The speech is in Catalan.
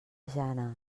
jana